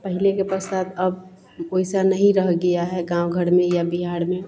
पहले के पश्चात अब वैसा नहीं रह गया है गाँव घर में या बिहार में